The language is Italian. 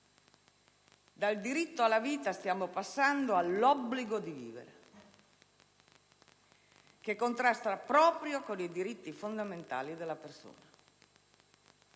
Dal diritto alla vita stiamo passando all'obbligo di vivere, che contrasta proprio con i diritti fondamentali della persona.